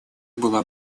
была